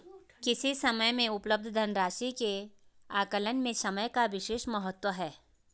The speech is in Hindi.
किसी समय में उपलब्ध धन राशि के आकलन में समय का विशेष महत्व है